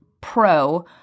pro